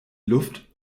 luft